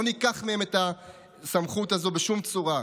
לא ניקח מהם את הסמכות הזו בשום צורה.